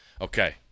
Okay